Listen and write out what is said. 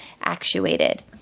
actuated